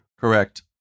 Correct